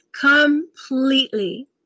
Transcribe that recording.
completely